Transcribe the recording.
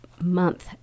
month